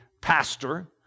pastor